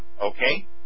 Okay